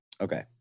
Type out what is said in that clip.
Okay